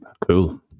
cool